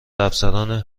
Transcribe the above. افسران